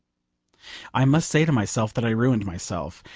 i must say to myself that i ruined myself,